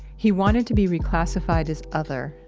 he wanted to be reclassified as other.